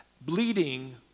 Bleeding